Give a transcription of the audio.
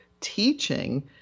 teaching